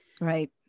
right